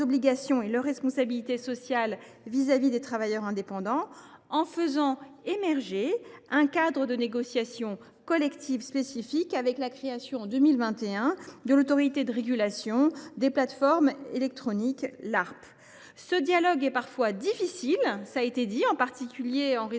et les responsabilités sociales des plateformes vis à vis des travailleurs indépendants. Nous avons fait émerger un cadre de négociation collective spécifique, avec la création en 2021 de l’Autorité de régulation des plateformes électroniques. Ce dialogue est parfois difficile, en particulier en raison